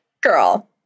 Girl